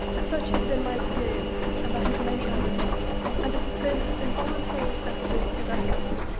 such has been my experience, and that of many others and it has been as involuntary as it is irreparable.